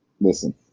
listen